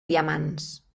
diamants